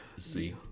See